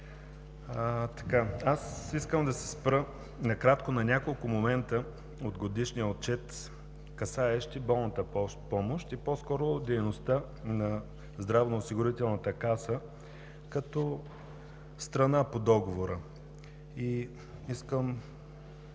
Аз искам да се спра накратко на няколко момента от Годишния отчет, касаещи болничната помощ и по-скоро дейността на Здравноосигурителната каса като страна по договора. Искам